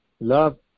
love